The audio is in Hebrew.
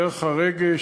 דרך הרגש.